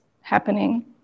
happening